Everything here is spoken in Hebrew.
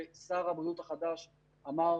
ושר הבריאות החדש אמר,